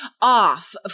off